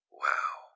wow